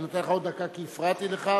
אני נותן לך עוד דקה, כי הפרעתי לך.